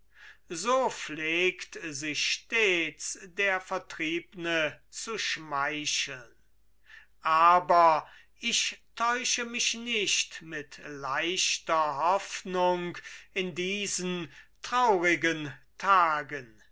so pflegt sich stets der vertriebne zu schmeicheln aber ich täusche mich nicht mit leichter hoffnung in diesen traurigen tagen